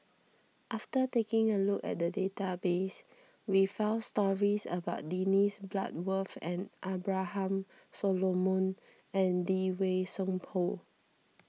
after taking a look at the database we found stories about Dennis Bloodworth and Abraham Solomon and Lee Wei Song Paul